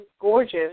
gorgeous